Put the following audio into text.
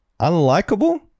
unlikable